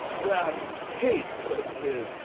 that face of his,